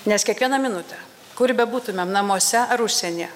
nes kiekvieną minutę kur bebūtumėm namuose ar užsienyje